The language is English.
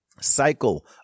cycle